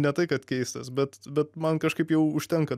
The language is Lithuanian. ne tai kad keistas bet bet man kažkaip jau užtenka